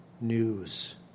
news